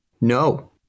No